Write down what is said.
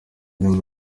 nti